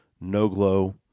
no-glow